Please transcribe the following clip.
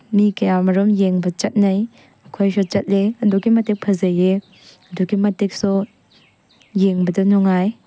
ꯃꯤ ꯀꯌꯥꯃꯔꯨꯝ ꯌꯦꯡ ꯆꯠꯅꯩ ꯑꯩꯈꯣꯏꯁꯨ ꯆꯠꯂꯤ ꯑꯗꯨꯛꯀꯤ ꯃꯇꯤꯛ ꯐꯖꯩꯑꯦ ꯑꯗꯨꯛꯀꯤ ꯃꯇꯤꯛꯁꯨ ꯌꯦꯡꯕꯗ ꯅꯨꯡꯉꯥꯏ